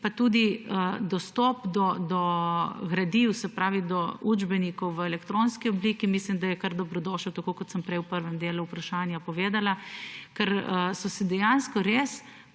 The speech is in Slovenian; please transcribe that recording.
Pa tudi dostop do gradiv, do učbenikov v elektronski obliki mislim, da je kar dobrodošel, tako kot sem prej v prvem delu vprašanja povedala, ker so se dejansko res